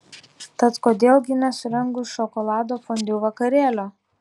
tad kodėl gi nesurengus šokolado fondiu vakarėlio